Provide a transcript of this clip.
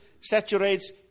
saturates